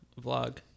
vlog